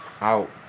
out